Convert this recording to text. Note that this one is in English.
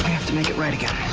to make it right again,